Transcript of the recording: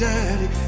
Daddy